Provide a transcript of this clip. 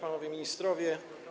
Panowie Ministrowie!